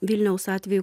vilniaus atveju